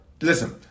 Listen